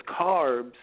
carbs